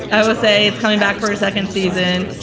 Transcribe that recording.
i will say it's coming back for a second season.